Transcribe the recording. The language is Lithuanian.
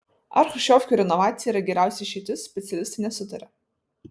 ar chruščiovkių renovacija yra geriausia išeitis specialistai nesutaria